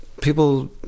people